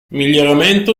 miglioramento